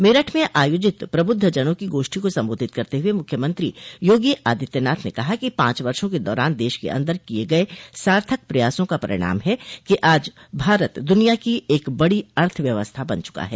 मेरठ में आयोजित प्रबुद्धजनों की गोष्ठी को संबोधित करते हुए मुख्यमंत्री योगी आदित्यनाथ ने कहा कि पांच वर्षो के दौरान देश के अन्दर किये गये सार्थक प्रयासों का परिणाम है कि आज भारत दुनिया की एक बड़ी अर्थव्यवस्था बन चुका है